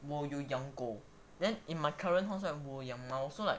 我有养狗 then in my current house right 我有养猫 so like